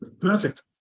perfect